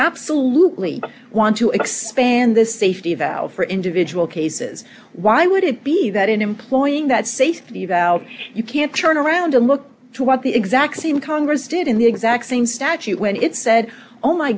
absolutely want to expand this safety valve for individual cases why would it be that in employing that safety valve you can't turn around and look to what the exact same congress did in the exact same statute when it said oh my